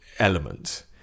element